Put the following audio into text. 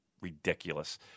ridiculous